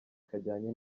kajyanye